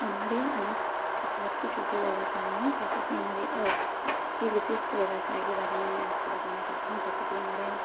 हमारे यहाँ अनेक प्रकार के छोटे व्यवसाय हैं जैसे कि हमारे किसी विशिष्ट व्यवसाय के बारे में मैं आपको बताना चाहती हूँ जैसे कि हमारे यहाँ